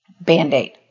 Band-Aid